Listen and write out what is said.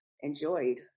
enjoyed